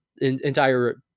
entire